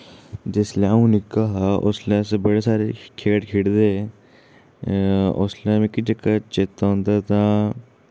जिसलै अऊं निक्का हा उसलै अस बड़े सारे खेढ खेढदे हे उसलै मिकी जेह्का चेता औंदा तां